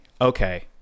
okay